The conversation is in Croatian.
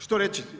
Što reći?